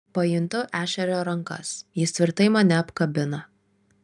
pajuntu ešerio rankas jis tvirtai mane apkabina